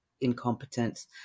incompetence